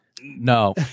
no